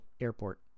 airport